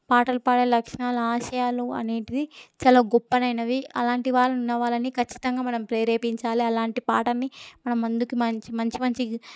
పాటలు పాడే లక్షణాలు ఆశయాలు అనేటివి చాలా గొప్పనైనవి అలాంటి వాళ్ళు ఉన్న వాళ్ళని ఖచ్చితంగా మనం ప్రేరేపించాలి అలాంటి పాటని మనం ముందుకి మనం మంచి మంచి